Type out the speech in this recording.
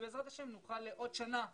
ובעזרת השם נוכל בעוד שנה ב-ז'